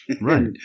Right